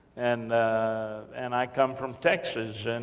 and and i come from texas, and